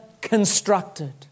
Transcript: constructed